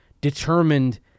determined